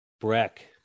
Breck